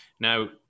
Now